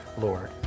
Lord